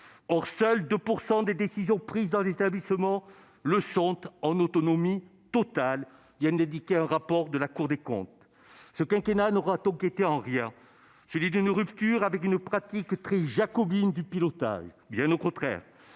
fait, seulement 2 % des décisions prises dans les établissements le sont en autonomie totale, comme vient de le signaler un rapport de la Cour des comptes. Ce quinquennat n'aura donc été en rien celui d'une rupture avec une pratique très jacobine du pilotage. Bien au contraire,